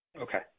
Okay